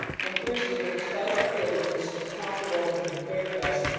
and bursting with the spiteful feelings which the taunt awoke in her fair breast,